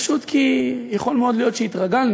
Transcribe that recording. פשוט כי יכול מאוד להיות שהתרגלנו,